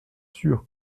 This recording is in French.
sûr